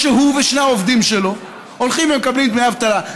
או שהוא ושני העובדים שלו הולכים ומקבלים דמי אבטלה.